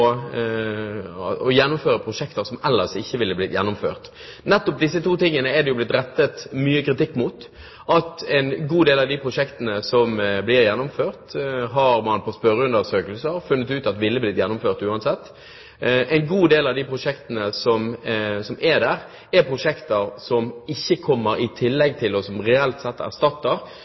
å gjennomføre prosjekter som ellers ikke ville blitt gjennomført. Dette er det blitt rettet mye kritikk mot. En god del av de prosjektene som ble gjennomført, har man ved spørreundersøkelser funnet ut ville blitt gjennomført uansett. En god del av prosjektene er prosjekter som ikke kommer i tillegg til, og som reelt sett